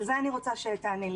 על זה אני רוצה שתעני לי.